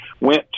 went